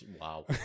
Wow